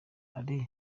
ari